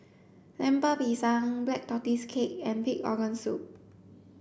Lemper Pisang black tortoise cake and pig organ soup